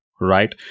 right